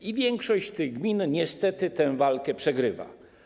I większość tych gmin niestety tę walkę przegrywa.